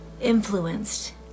influenced